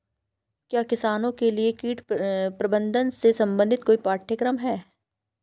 क्या किसानों के लिए कीट प्रबंधन से संबंधित कोई पाठ्यक्रम है?